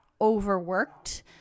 overworked